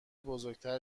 بزرگتر